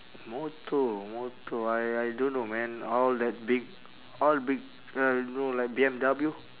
motor motor I I don't know man all that big all big uh you know like B_M_W